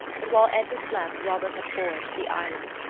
but while edna slept robert had foraged the island.